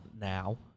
now